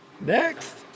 Next